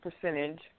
percentage